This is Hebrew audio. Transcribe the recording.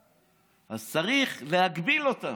אז צריך להגביל אותם,